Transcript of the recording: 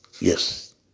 Yes